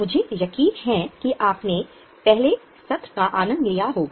मुझे यकीन है कि आपने पहले सत्र का आनंद लिया होगा